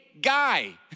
guy